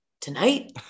tonight